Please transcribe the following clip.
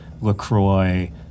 LaCroix